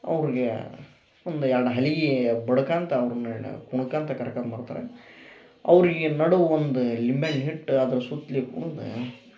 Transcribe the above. ಅವರಿಗೆ ಒಂದು ಎರಡು ಹಲಿಗಿ ಬಡ್ಕಂತಾ ಅವ್ರಣೆನ ಕುಣ್ಕಂತಾ ಕರ್ಕಂತಾ ಬರ್ತಾರ ಅವರಿಗೆ ನಡುವು ಒಂದು ಲಿಂಬೆ ಹಣ್ಣ್ ಇಟ್ಟ್ ಅದ್ರ ಸುತ್ತಲಿ ಕುಣ್ದು